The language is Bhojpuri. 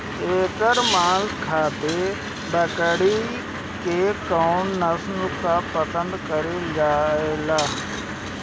एकर मांस खातिर बकरी के कौन नस्ल पसंद कईल जाले?